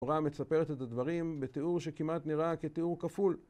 תורה מתארת את הדברים בתיאור שכמעט נראה כתיאור כפול